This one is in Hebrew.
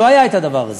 לא היה הדבר הזה.